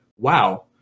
wow